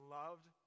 loved